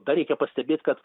dar reikia pastebėt kad